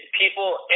People